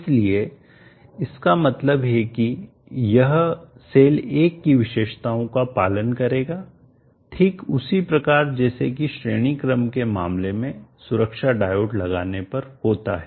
इसलिए इसका मतलब है कि यह सेल 1 की विशेषताओं का पालन करेगा ठीक उसी प्रकार जैसे कि श्रेणी क्रम के मामले में सुरक्षा डायोड लगाने पर होता हैं